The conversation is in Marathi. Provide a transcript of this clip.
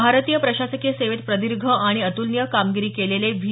भारतीय प्रशासकीय सेवेत प्रदीर्घ आणि अतुलनीय कामगिरी केलेले व्ही